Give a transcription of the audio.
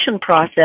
process